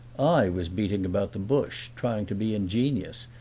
i was beating about the bush, trying to be ingenious,